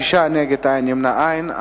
שישה בעד, אין מתנגדים ואין נמנעים.